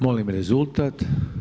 Molim rezultat.